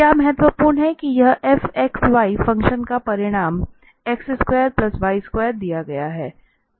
क्या महत्वपूर्ण है कि यहां Fxy फ़ंक्शन का परिमाण x2y2 दिया गया है